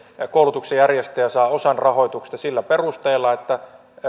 koulutuksen järjestäjä saa osan rahoituksesta sillä perusteella että